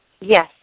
Yes